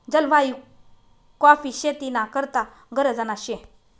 जलवायु काॅफी शेती ना करता गरजना शे